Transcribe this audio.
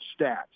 stats